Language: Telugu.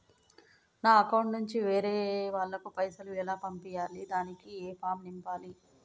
నా అకౌంట్ నుంచి వేరే వాళ్ళకు పైసలు ఎలా పంపియ్యాలి దానికి ఏ ఫామ్ నింపాలి?